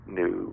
new